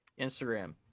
instagram